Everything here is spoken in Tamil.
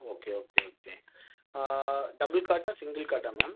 ஓகே ஓகே ஓகே ஆ டபுள் காட்டா சிங்கிள் காட்டா மேம்